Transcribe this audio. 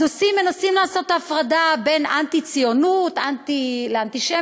אז מנסים לעשות את ההפרדה בין אנטי-ציונות לאנטישמיות,